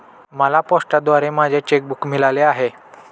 मला पोस्टाद्वारे माझे चेक बूक मिळाले आहे